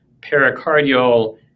pericardial